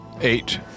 Eight